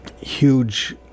huge